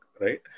right